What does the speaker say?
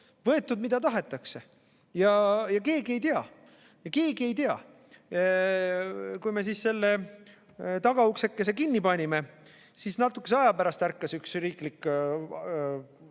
võetud, mida tahetakse, ja keegi ei tea, me keegi ei tea. Kui me selle tagauksekese kinni panime, siis natukese aja pärast ärkas üks riiklik